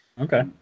Okay